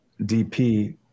DP